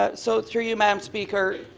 ah so through you, madam speaker,